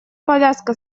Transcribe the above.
повязка